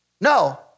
No